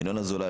ינון אזולאי,